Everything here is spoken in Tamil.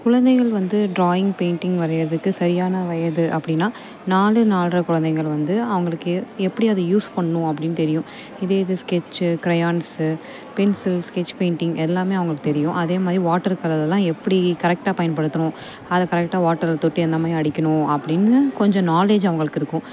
குழந்தைகள் வந்து ட்ராயிங் பெயிண்டிங் வரைகிறதுக்கு சரியான வயது அப்படினா நாலு நாலரை குழந்தைங்கள் வந்து அவங்களுக்கு எப்படி அதை யூஸ் பண்ணணும் அப்படினு தெரியும் இதே இது sketch crayons pencils sketch painting எல்லாமே அவங்களுக்கு தெரியும் அதேமாதிரி வாட்டர் கலர் எல்லாம் எப்படி கரெக்டாக பயன்படுத்தணும் அதை கரெக்டாக வாட்டரை தொட்டு என்னமாதிரி அடிக்கணும் அப்படினு கொஞ்சம் நாலேஜ் அவங்களுக்கு இருக்கும்